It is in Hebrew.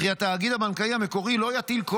וכי התאגיד הבנקאי המקורי לא יטיל כל